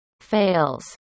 fails